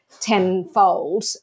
tenfold